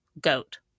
goat